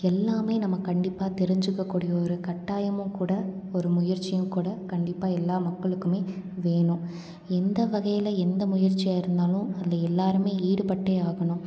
எல்லாம் நம்ம கண்டிப்பாக தெரிஞ்சிக்க கூடிய ஒரு கட்டாயமும் கூட ஒரு முயற்சியும் கூட கண்டிப்பாக எல்லா மக்களுக்கும் வேணும் எந்த வகையில் எந்த முயற்சியாக இருந்தாலும் அதில் எல்லோருமே ஈடுபட்டே ஆகணும்